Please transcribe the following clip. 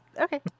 okay